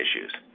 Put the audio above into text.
issues